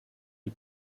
die